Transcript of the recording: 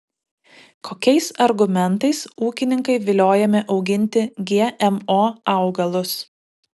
kokiais argumentais ūkininkai viliojami auginti gmo augalus